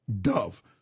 dove